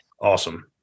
Awesome